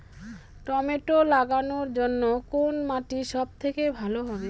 Tomato লাগানোর জন্যে কোন মাটি সব থেকে ভালো হবে?